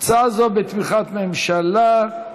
הצעה זו בתמיכת ממשלה.